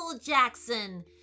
Jackson